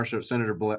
Senator